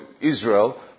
Israel